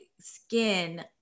skin